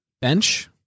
bench